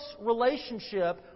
relationship